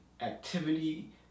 activity